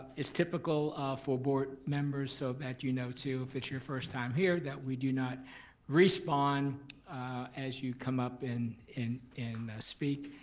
it's typical for board members, so that you know too if it's your first time here, that we do not respond as you come up and and and speak.